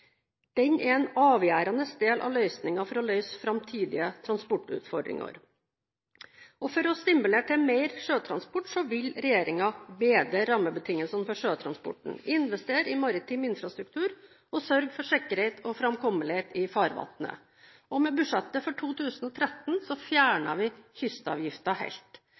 Den er en avgjørende del av løsningen for å løse framtidige transportutfordringer. For å stimulere til mer sjøtransport vil regjeringen bedre rammebetingelsene for sjøtransporten, investere i maritim infrastruktur og sørge for sikkerhet og framkommelighet i farvannet. Med budsjettet for 2013 fjerner vi kystavgiften helt.